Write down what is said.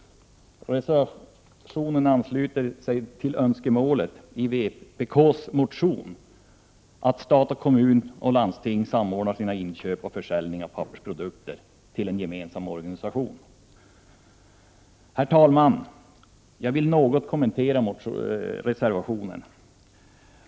Reservationen ansluter till önskemålet i en vpk-motion att stat, kommun och landsting samordnar sina inköp och sin försäljning av pappersprodukter i en gemensam organisation. Herr talman! Jag vill sedan något kommentera reservationen.